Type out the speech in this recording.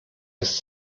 ist